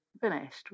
finished